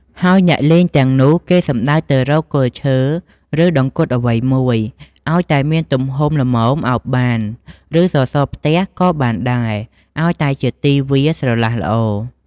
ហើយអ្នកលេងទាំងនោះ គេសំដៅទៅរកគល់ឈើ ឬដង្គត់អ្វីមួយ ឲ្យតែមានទំហំល្មមឱបបាន ឬ សសរផ្ទះក៏បានដែរ ឲ្យតែជាទីវាលស្រឡះល្អ ។